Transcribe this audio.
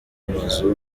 mazu